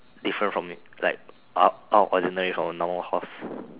different from like out out of ordinary from a normal horse